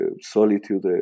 solitude